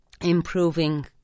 improving